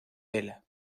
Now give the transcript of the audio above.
vela